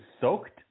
soaked